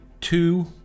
two